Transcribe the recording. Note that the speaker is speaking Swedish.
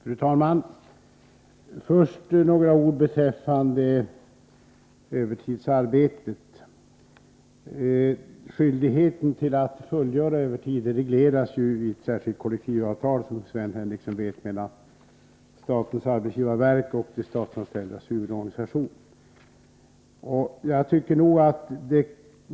Fru talman! Först några ord beträffande övertidsarbetet. Skyldigheten att fullgöra övertidsarbete regleras, som Sven Henricsson vet, i ett särskilt kollektivavtal mellan statens arbetsgivarverk och de statsanställdas huvudorganisationer.